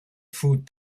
food